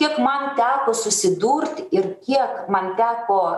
kiek man teko susidurt ir kiek man teko